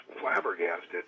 flabbergasted